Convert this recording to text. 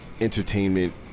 entertainment